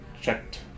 checked